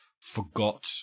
forgot